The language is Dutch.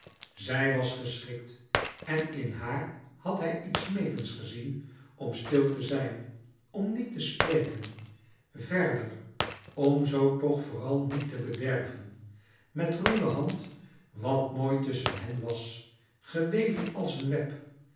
zij was geschrikt en in haar had hij iets smeekends gezien om stil te zijn om niet te spreken verder om zoo toch vooral niet te louis couperus metamorfoze bederven met ruwe hand wat mooi tusschen hen was geweven als een web